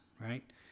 right